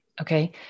Okay